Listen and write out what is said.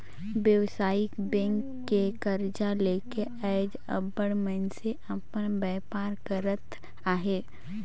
बेवसायिक बेंक ले करजा लेके आएज अब्बड़ मइनसे अपन बयपार करत अहें